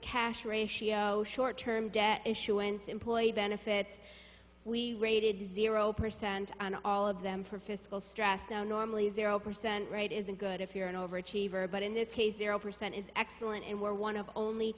cash ratio short term debt issuance employee benefits we rated zero percent on all of them for fiscal stress now normally zero percent rate isn't good if you're an overachiever but in this case your zero percent is excellent and we're one of only